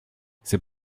c’est